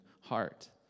heart